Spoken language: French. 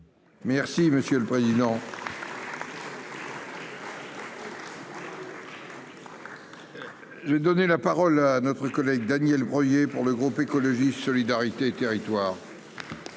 Merci monsieur le président. Je vais donner la parole à notre collègue Daniel Breuiller pour le groupe écologiste solidarité territoires.